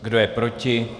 Kdo je proti?